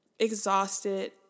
exhausted